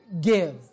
give